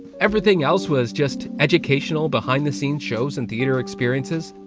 everything else was just educational behind the scenes shows and theater experiences.